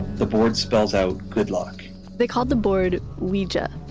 the board spells out, good luck they called the board ouija,